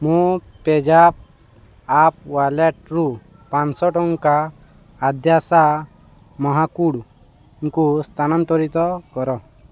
ମୋ ପେଜାପ୍ ଆପ୍ ୱାଲେଟ୍ରୁ ପାଞ୍ଚ ଶହ ଟଙ୍କା ଆଦ୍ୟାଶା ମହାକୁଡ଼ଙ୍କୁ ସ୍ଥାନାନ୍ତରିତ କର